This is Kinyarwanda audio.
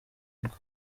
ariko